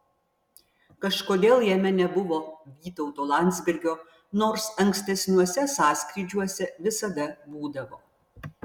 kažkodėl jame nebuvo vytauto landsbergio nors ankstesniuose sąskrydžiuose visada būdavo